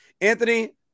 Anthony